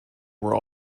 were